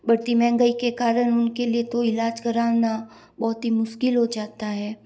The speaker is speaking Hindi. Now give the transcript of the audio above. बढ़ती महंगाई के कारण उनके लिए तो इलाज करना बहुत ही मुश्किल हो जाता है